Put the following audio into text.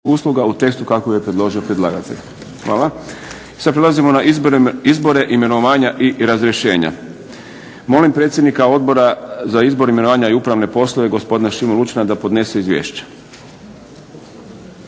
preuzeti. Hvala vam lijepa. **Šprem, Boris (SDP)** Sada prelazimo na Izbore, imenovanja i razrješenja. Molim predsjednika Odbora za izbore, imenovanja i upravne poslove gospodina Šimu Lučina da podnese izvješće.